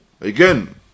Again